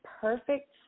perfect